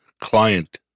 client